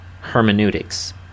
hermeneutics